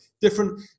different